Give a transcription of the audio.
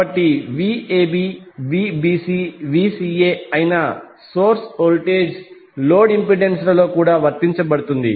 కాబట్టిVab Vbc మరియు Vca అయిన source voltage load impedance లలో కూడా వర్తించబడుతుంది